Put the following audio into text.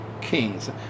kings